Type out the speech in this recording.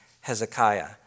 Hezekiah